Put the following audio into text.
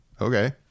okay